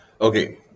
Okay